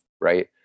right